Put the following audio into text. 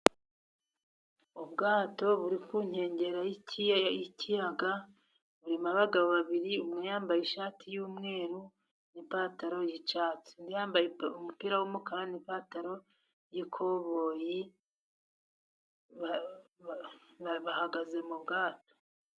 Ubwato buri ku nkengero y'ikiyaga, burimo abagabo babiri, umwe yambaye ishati yumweru n'ipantaro yicyatsi, undi yambaye umupira w'umukara n'ipantaro y'ikoboyi, bahagaze mu bwato.